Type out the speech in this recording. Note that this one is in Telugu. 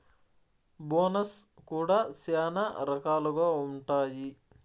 బోనస్ కూడా శ్యానా రకాలుగా ఉంటాయి